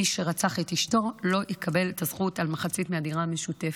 מי שרצח את אשתו לא יקבל את הזכות על מחצית מהדירה משותפת.